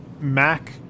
mac